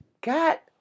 got